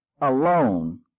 alone